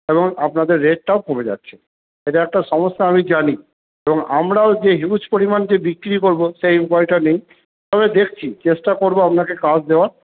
এবং আপনাদের রেটটাও কমে যাচ্ছে এটা একটা সমস্যা আমি জানি এবং আমরাও যে হিউজ পরিমাণ যে বিক্রি করব সেই উপায়টা নেই তবে দেখছি চেষ্টা করব আপনাকে কাজ দেওয়ার